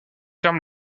ferme